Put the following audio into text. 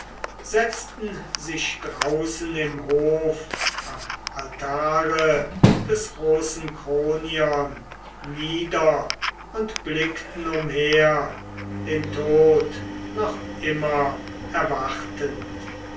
setzten sich draußen im hof am altare des großen kronion nieder und blickten umher den tod noch immer erwartend